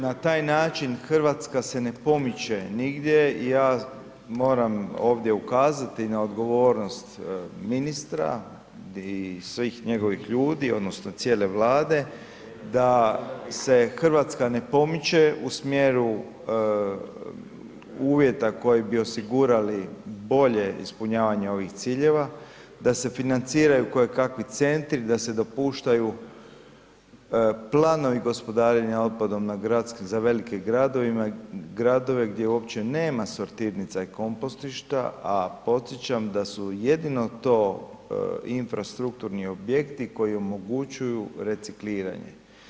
Na taj način Hrvatska se ne pomiče nigdje, ja moram ovdje ukazati na odgovornost ministra i svih njegovih ljudi odnosno cijele Vlade da se Hrvatska ne pomiče u smjeru uvjeta koji bi osigurali bolje ispunjavanje ovih ciljeva, da se financiraju kojekakvi centri, da se dopuštaju planovi gospodarenja otpadom za velike gradove gdje uopće nema sortirnica i kompostišta a podsjećam da su jedino to infrastrukturni objekti koji omogućuju recikliranje.